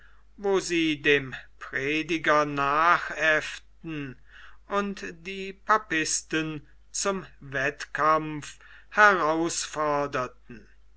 wo sie dem prediger nachäfften und die papisten zum wettkampf herausforderten